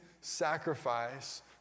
sacrifice